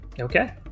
Okay